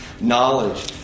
knowledge